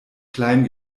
klein